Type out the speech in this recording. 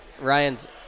Ryan's